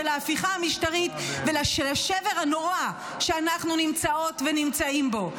של ההפיכה המשטרית ולשבר הנורא שאנחנו נמצאות ונמצאים בו.